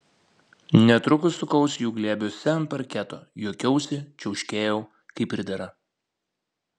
netrukus sukausi jų glėbiuose ant parketo juokiausi čiauškėjau kaip pridera